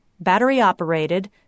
Battery-operated